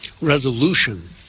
resolution